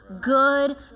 good